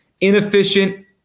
inefficient